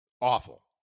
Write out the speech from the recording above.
awful